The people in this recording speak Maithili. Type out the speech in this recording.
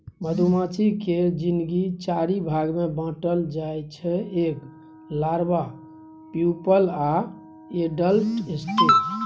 मधुमाछी केर जिनगी चारि भाग मे बाँटल जाइ छै एग, लारबा, प्युपल आ एडल्ट स्टेज